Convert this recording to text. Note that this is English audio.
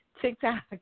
TikTok